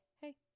hey